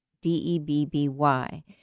d-e-b-b-y